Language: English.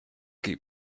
keep